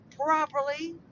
properly